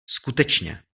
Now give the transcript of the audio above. skutečně